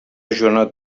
joanot